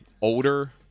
older